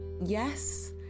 Yes